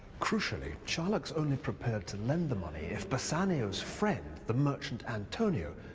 cruciaiiy, shyiock's oniy prepared to iend the money if bassanio's friend, the merchant antonio,